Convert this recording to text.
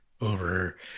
over